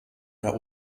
der